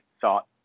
thought